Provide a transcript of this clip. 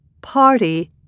party